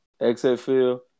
XFL